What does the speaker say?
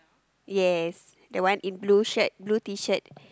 yes the one in blue shirt blue T-shirt